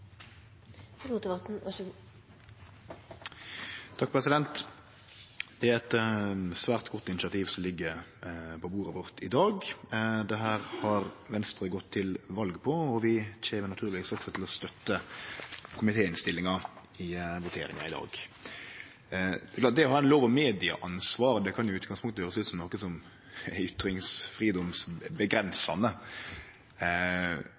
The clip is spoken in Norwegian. ny lov så fort som mulig, slik at vi nå får på plass viktige og etterlengtede klargjøringer om ansvar og kildevern. Det er eit svært godt initiativ som ligg på bordet vårt i dag. Dette har Venstre gått til val på, og vi kjem naturlegvis også til å støtte komitéinnstillinga i voteringa i dag. Det å ha ei lov om medieansvar kan i utgangspunktet høyrest ut som noko som